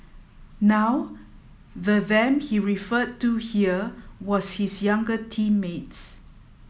now the them he referred to here was his younger teammates